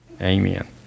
Amen